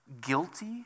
guilty